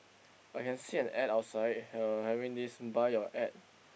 I can see an ad outside uh having this buy your ad